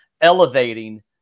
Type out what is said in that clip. elevating